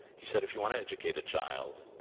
he said, if you want to educate a child,